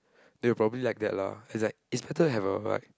they will probably like that lah is like is better to have a like